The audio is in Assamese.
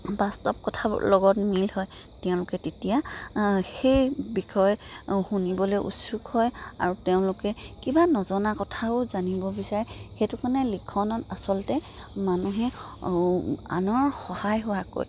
বাস্তৱ কথাবোৰৰ লগত মিল হয় তেওঁলোকে তেতিয়া সেই বিষয় শুনিবলে উৎসুক হয় আৰু তেওঁলোকে কিবা নজনা কথাও জানিব বিচাৰে সেইটো কাৰণে লিখনত আচলতে মানুহে আনৰ সহায় হোৱাকৈ